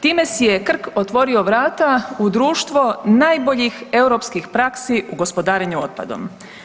Time si je Krk otvorio vrata u društvo najboljih europskih praksi u gospodarenju otpadom.